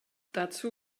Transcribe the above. dazu